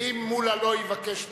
ואם מולה לא יבקש להשיב,